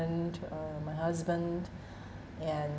uh my husband and